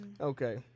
Okay